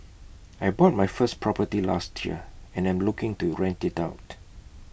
I bought my first property last year and am looking to rent IT out